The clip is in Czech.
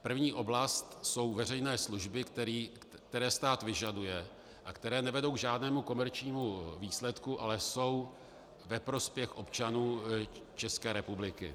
První oblast jsou veřejné služby, které stát vyžaduje a které nevedou k žádnému komerčnímu výsledku, ale jsou ve prospěch občanů České republiky.